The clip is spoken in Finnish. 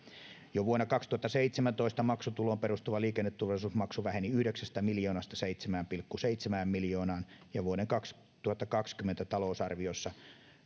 jo vuonna kaksituhattaseitsemäntoista maksutuloon perustuva liikenneturvallisuusmaksu väheni yhdeksästä miljoonasta seitsemään pilkku seitsemään miljoonaan ja vuoden kaksituhattakaksikymmentä talousarviossa